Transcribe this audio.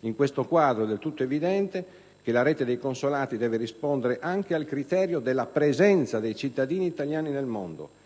In questo quadro è del tutto evidente che la rete dei consolati deve rispondere anche al criterio della presenza dei cittadini italiani nel mondo.